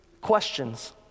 questions